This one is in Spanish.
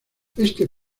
este